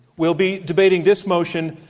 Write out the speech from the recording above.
will be debating this motion,